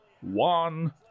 one